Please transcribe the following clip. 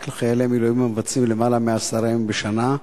לחיילי מילואים המבצעים למעלה מעשרה ימים בשנה,